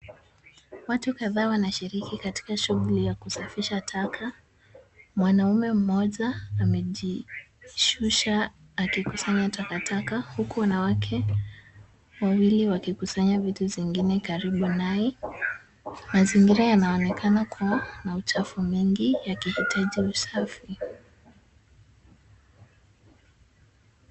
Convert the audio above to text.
Watu kadhaa wanashiriki katika shughuli ya kusafisha taka. Mwanaume mmoja amejishusha akikusanya takataka huku wanawake wawili wakikusanya vitu zingine karibu naye. Mazingira yanaonekana kuwa na uchafu mingi yakihitaji usafi.